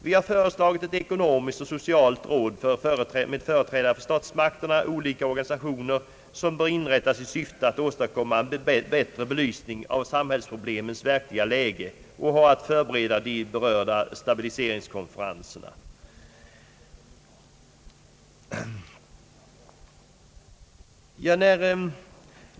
Vi har föreslagit ett ekonomiskt och socialt råd med företrädare för statsmakterna och olika organisationer, vilket bör inrättas i syfte att åstadkomma bättre belysning av samhällsproblemens verkliga läge och att förbereda de berörda stabiliseringskonferenserna.